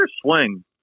swing